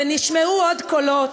ונשמעו עוד קולות,